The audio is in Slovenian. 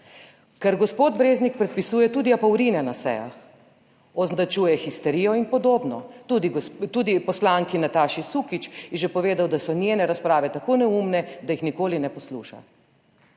Ker gospod Breznik predpisuje tudi apaurine na sejah, označuje histerijo in podobno. Tudi, tudi poslanki Nataši Sukič je že povedal, da so njene razprave tako neumne, da jih nikoli ne posluša.